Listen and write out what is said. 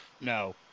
No